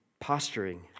posturing